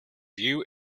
view